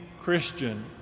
Christian